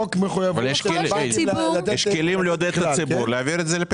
יש כלים לעודד את הציבור להעביר את זה לפיקדון.